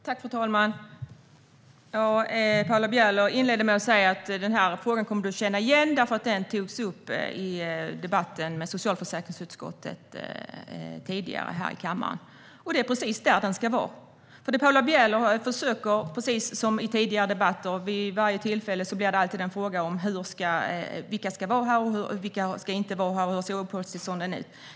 Fru talman! Paula Bieler inleder med att säga att vi kommer att känna igen frågan eftersom den har tagits upp i en debatt med socialförsäkringsutskottet här i kammaren. Det är precis där den ska vara. Paula Bieler försöker, precis som vid tidigare debatter, få detta till en fråga om vilka som ska vara här, vilka som inte ska vara här och hur uppehållstillstånden ser ut.